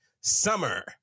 summer